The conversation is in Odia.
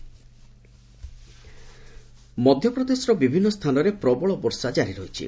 ଏମପି ରେନ୍ସ ମଧ୍ୟପ୍ରଦେଶର ବିଭିନ୍ନ ସ୍ଥାନରେ ପ୍ରବଳ ବର୍ଷା ଜାରି ରହିଛି